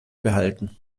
behalten